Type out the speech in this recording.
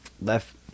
left